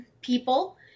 people